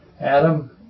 Adam